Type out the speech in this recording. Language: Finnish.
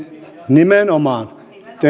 nimenomaan teidän syystä me